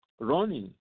running